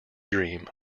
dream